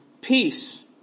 Peace